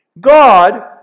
God